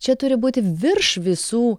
čia turi būti virš visų